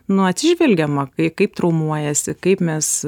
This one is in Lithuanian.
nu atsižvelgiama kai kaip traumuojasi kaip mes